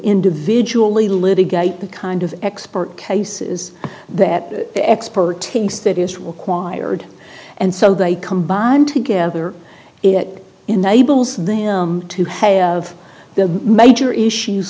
individually litigate the kind of expert cases that expertise that is required and so they combine together it enables them to have the major issues